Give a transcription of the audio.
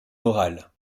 morales